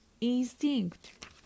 instinct